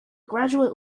graduate